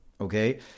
okay